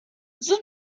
زود